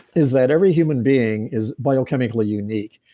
is that every human being is biochemically unique.